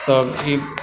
तब ठीक